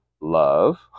love